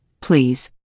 please